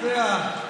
אתה יודע,